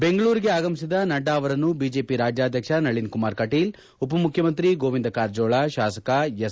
ಬೆಂಗಳೂರಿಗೆ ಆಗಮಿಸಿದ ನಡ್ಡಾ ಅವರನ್ನು ಬಿಜೆಪ ರಾಜ್ಯಾಧ್ಯಕ್ಷ ನಳನ್ ಕುಮಾರ್ ಕಟೀಲ್ ಉಪಮುಖ್ಖಮಂತ್ರಿ ಗೋವಿಂದ ಕಾರಜೋಳ ಶಾಸಕ ಎಸ್